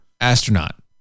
Astronaut